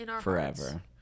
forever